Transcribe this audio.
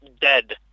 dead